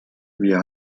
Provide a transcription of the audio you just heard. wir